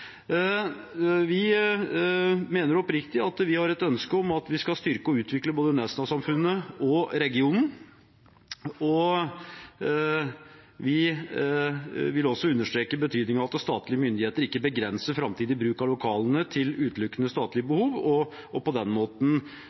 Vi har et oppriktig ønske om å styrke og utvikle både Nesna-samfunnet og regionen. Vi vil også understreke betydningen av at statlige myndigheter ikke begrenser framtidig bruk av lokalene til utelukkende statlige behov og på den måten